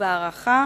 ובהערכה